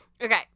Okay